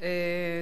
חבר הכנסת סעיד